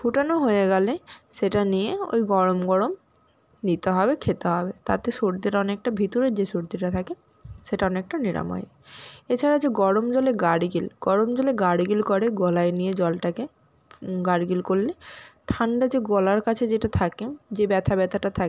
ফোটানো হয়ে গেলে সেটা নিয়ে ওই গরম গরম নিতে হবে খেতে হবে তাতে সর্দির অনেকটা ভিতরের যে সর্দিটা থাকে সেটা অনেকটা নিরাময় এছাড়া যে গরম জলে গার্গল গরম জলে গার্গল করে গলায় নিয়ে জলটাকে গার্গল করলে ঠান্ডা যে গলার কাছে যেটা থাকে যে ব্যথা ব্যথাটা থাকে